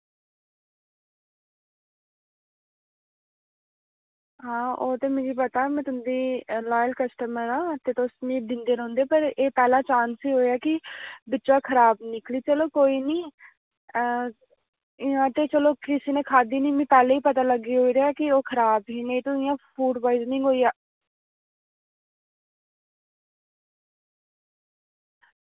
ओह् ते मिगी पता में तुंदी कस्टमर आं ते तुस मिगी दिंदे रौहंदे एह् पैह्ला चांस ऐ कि बिच्चा खराब निकले चलो कोई निं चलो कोई निं कुसै नै खाद्धी निं ते खराब ही नेईं तां इंया फूड प्वाईजनिंग होई जा